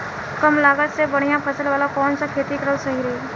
कमलागत मे बढ़िया फसल वाला कौन सा खेती करल सही रही?